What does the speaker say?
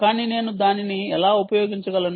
కానీ నేను దానిని ఎలా ఉపయోగించగలను